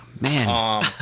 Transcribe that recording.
man